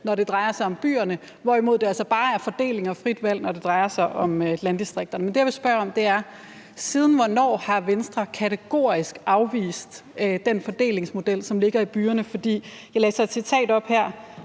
når det drejer sig om byerne, hvorimod det altså bare er fordeling og frit valg, når det drejer sig om landdistrikterne. Men det, jeg ville spørge om, er: Siden hvornår har Venstre kategorisk afvist den fordelingsmodel, som ligger for byerne? Jeg læser et citat op her: